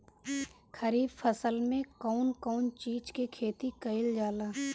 खरीफ फसल मे कउन कउन चीज के खेती कईल जाला?